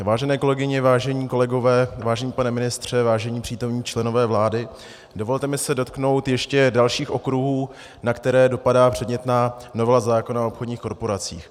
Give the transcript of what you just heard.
Vážené kolegyně, vážení kolegové, vážený pane ministře, vážení přítomní členové vlády, dovolte mi dotknout se ještě dalších okruhů, na které dopadá předmětná novela zákona o obchodních korporacích.